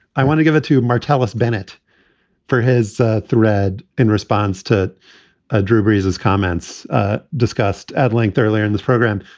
i want to give it to martellus bennett for his thread in response to ah drew brees has comments discussed at length earlier in the program?